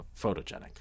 photogenic